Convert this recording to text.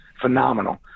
Phenomenal